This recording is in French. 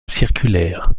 circulaire